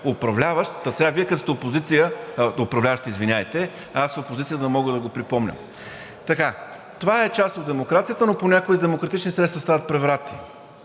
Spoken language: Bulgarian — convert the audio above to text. управляващ, та сега Вие като сте управляващи, аз опозиция, да мога да го припомня. Това е част от демокрацията, но понякога с демократични средства стават преврати,